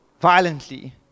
violently